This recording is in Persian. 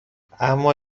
اما